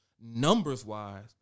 numbers-wise